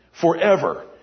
forever